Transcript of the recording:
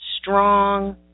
strong